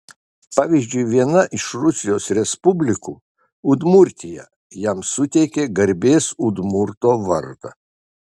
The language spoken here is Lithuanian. pavyzdžiui viena iš rusijos respublikų udmurtija jam suteikė garbės udmurto vardą